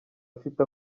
afite